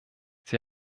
sie